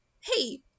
Hey